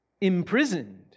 imprisoned